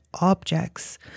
objects